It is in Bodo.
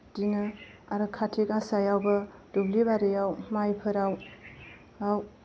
बिदिनो आरो खाथि गासायावबो दुब्लि बारियाव माइफोराव